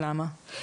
למה?